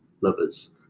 lovers